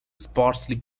sparsely